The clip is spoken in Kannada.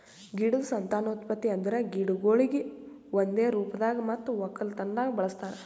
ಗಿಡದ್ ಸಂತಾನೋತ್ಪತ್ತಿ ಅಂದುರ್ ಗಿಡಗೊಳಿಗ್ ಒಂದೆ ರೂಪದಾಗ್ ಮತ್ತ ಒಕ್ಕಲತನದಾಗ್ ಬಳಸ್ತಾರ್